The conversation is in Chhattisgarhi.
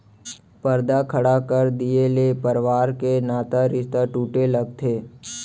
परदा खड़ा कर दिये ले परवार के नता रिस्ता टूटे लगथे